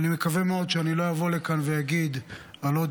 אני מקווה מאוד שאני לא אבוא לכאן ואדבר על עוד